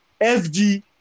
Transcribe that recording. FG